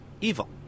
evil